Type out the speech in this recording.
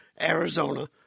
Arizona